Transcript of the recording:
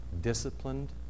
disciplined